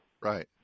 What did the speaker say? Right